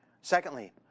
Secondly